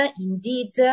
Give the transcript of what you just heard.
indeed